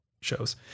shows